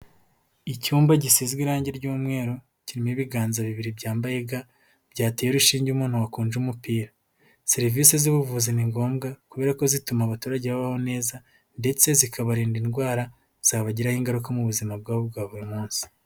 Icyumba gisizwe irangi ry'umweru, kirimo ibiganza bibiri byambaye ga byateye urushinge umuntu wakunje umupira, serivisi z'ubuvuzi ni ngombwa kubera ko zituma abaturage babaho neza ndetse zikabarinda indwara, zabagiraho ingaruka mu buzima bwabo bwa buri munsi.